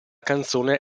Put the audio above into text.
canzone